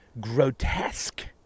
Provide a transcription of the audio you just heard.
grotesque